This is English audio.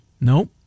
Nope